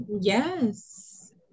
Yes